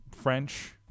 French